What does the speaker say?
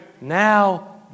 now